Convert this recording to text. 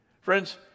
Friends